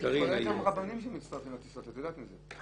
כולל גם רבנים שמצטרפים לטיסות, את יודעת מזה.